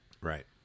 right